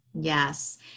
Yes